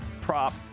prop